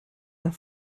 nach